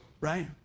Right